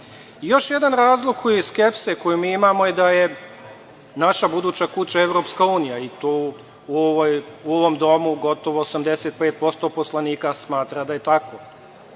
jedan razlog koji je skepsa i koji mi imamo je da je naša buduća kuća Evropska unija i to u ovom Domu gotovo 85% poslanika smatra da je tako.